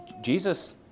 Jesus